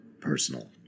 Personal